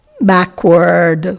backward